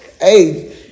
Hey